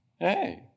Hey